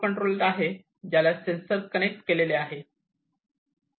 हे microcontroller आहे ज्याला सेंसर कनेक्ट केलेले आहे